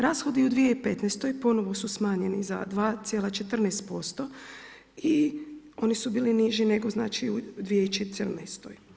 Rashodi u 2015. ponovo su smanjeni za 2,14% i oni su bili niži u 2014.